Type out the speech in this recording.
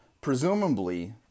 presumably